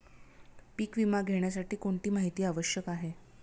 पीक विमा घेण्यासाठी कोणती माहिती आवश्यक आहे?